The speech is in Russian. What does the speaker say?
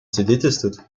свидетельствуют